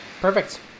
perfect